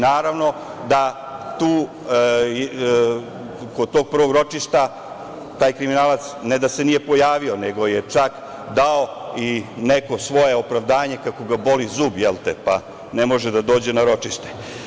Naravno da kod tog prvog ročišta taj kriminalac, ne da se nije pojavio, nego je čak dao i neko svoje opravdanje kako ga boli zub, pa ne može da dođe na ročište.